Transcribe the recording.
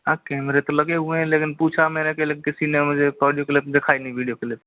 अब कैमरे तो लगे हुए हैं लेकिन पूछा मैंने लेकिन किसी ने मुझे ऑडियो क्लिप दिखाई नहीं विडियो क्लिप